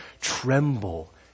tremble